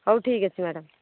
ହଉ ଠିକ୍ ଅଛି ମ୍ୟାଡ଼ମ୍